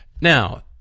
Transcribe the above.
Now